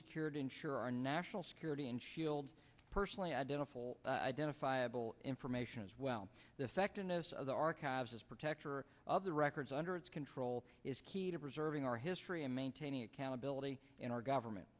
secured ensure our national security and shield personally identify all identifiable information as well the second is the archives as protector of the records under its control is key to preserving our history and maintaining accountability in our government